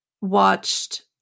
watched